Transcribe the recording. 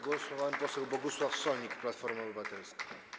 Głos ma pan poseł Bogusław Sonik, Platforma Obywatelska.